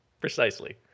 Precisely